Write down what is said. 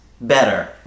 better